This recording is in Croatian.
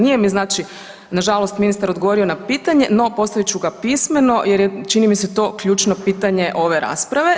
Nije mi znači nažalost ministar odgovorio na pitanje, no postavit ću ga pismeno jer je čini mi se to, ključno pitanje ove rasprave.